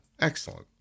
Excellent